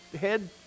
head